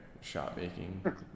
shot-making